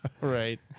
Right